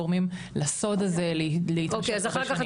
גורמים לסוד הזה להגלות אחרי הרבה שנים.